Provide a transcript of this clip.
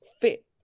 fit